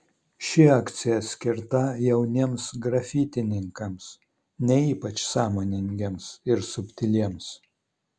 ši akcija skirta jauniems grafitininkams ne ypač sąmoningiems ir subtiliems